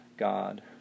God